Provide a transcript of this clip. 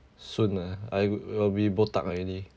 soon ah I will be botak already